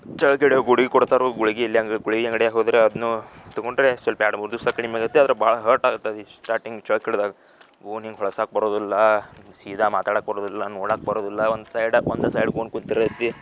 ಛಳ್ಕು ಇಡೆ ಗುಳ್ಗೆ ಕೊಡ್ತಾರೆ ಗುಳ್ಗಿಲಿ ಹೆಂಗ್ ಗುಳ್ಗೆ ಅಂಗ್ಡ್ಯಾಗ ಹೋದ್ರೆ ಅದನ್ನು ತೊಗೊಂಡರೆ ಸಲ್ಪ ಎರಡು ಮೂರು ದಿವಸ ಕಡಿಮೆ ಆಗುತ್ತೆ ಆದರೆ ಭಾಳ ಹರ್ಟ್ ಆಗ್ತದೆ ಈ ಸ್ಟ್ರಾರ್ಟಿಂಗ್ ಛಳಕು ಹಿಡ್ದಾಗ ಗೋಣ್ ಹಿಂಗೆ ಬರೋದಿಲ್ಲ ಸೀದಾ ಮಾತಾಡಕ್ಕೆ ಬರೋದಿಲ್ಲ ನೋಡಕ್ಕ ಬರೋದಿಲ್ಲ ಒಂದು ಸೈಡ ಒಂದು ಸೈಡ್ ಗೋಣ್ ಕೂತಿರತ್ತೆ